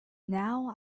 now